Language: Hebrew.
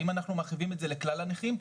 האם אנחנו מרחיבים את זה לכלל הנכים,